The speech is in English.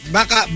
Baka